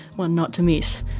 one not to miss,